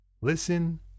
listen